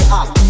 up